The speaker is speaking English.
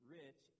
rich